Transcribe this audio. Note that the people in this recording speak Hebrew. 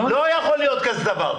לא יכול להיות כזה דבר.